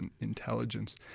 intelligence